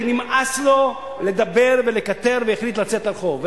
נמאס לו לדבר ולקטר והחליט לצאת לרחוב.